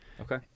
Okay